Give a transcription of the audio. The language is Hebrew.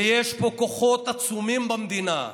ויש פה כוחות עצומים במדינה.